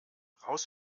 raus